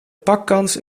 pakkans